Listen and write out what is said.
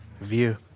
View